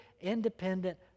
independent